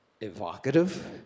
evocative